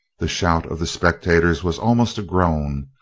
the shout of the spectators was almost a groan,